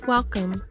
Welcome